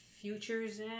Futures